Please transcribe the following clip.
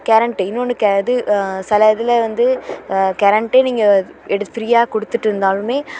current இன்னொன்று இது சில இதில் வந்து கெரண்ட்டே நீங்கள் எடுத்து ஃப்ரீயாக கொடுத்துட்டு இருந்தாலுமே